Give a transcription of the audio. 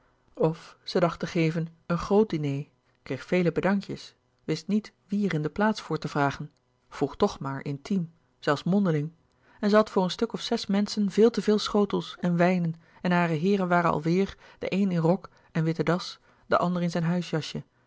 of zij dacht te geven een groot diner kreeg vele bedankjes wist niet wie er in de plaats voor te vragen vroeg toch maar intiem zelfs mondeling en zij had voor een stuk of zes menschen veel te veel schotels en wijnen en hare heeren waren alweêr de een in rok en witte das de ander in zijn huisjasje